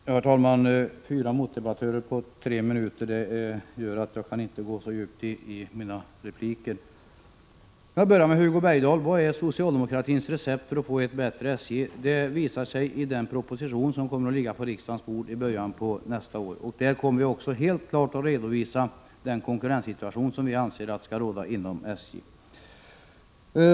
Herr talman! Jag har att bemöta fyra motdebattörer på tre minuter. Det gör att jag inte kan gå så djupt i mina repliker. Hugo Bergdahl frågar: Vad är socialdemokraternas recept för att få ett bättre SJ? Det visar sig i den proposition som kommer att ligga på riksdagens bord i början av nästa år. Där kommer vi också att helt klart redovisa den konkurrenssituation som vi anser skall råda inom SJ.